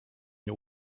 nie